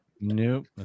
Nope